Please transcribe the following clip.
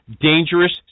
dangerous